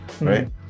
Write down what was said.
right